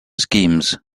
schemes